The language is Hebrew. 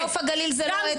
ונוף הגליל זה לא אצבע הגליל.